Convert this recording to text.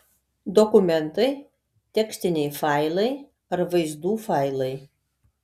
dokumentai tekstiniai failai ar vaizdų failai